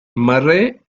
murray